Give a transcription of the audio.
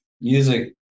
music